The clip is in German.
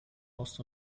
ost